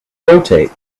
rotate